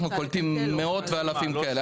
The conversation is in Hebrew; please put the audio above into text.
אנחנו קולטים מאות ואלפים כאלה.